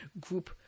group